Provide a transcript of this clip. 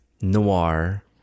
noir